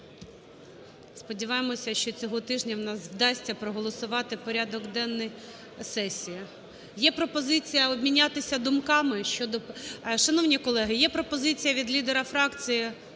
Сподіваємося, що цього тижня у нас вдасться проголосувати порядок денний сесії. Є пропозиція обмінятися думками щодо… Шановні колеги, є пропозиція від лідера фракції